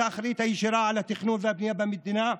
את האחראית הישירה על התכנון והבנייה במדינה.